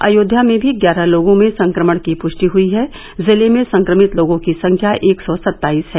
अयोब्या में भी ग्यारह लोगों में संक्रमण की पुष्टि हुई है जिले में संक्रमित लोगों की संख्या एक सौ सत्ताईस है